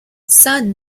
sun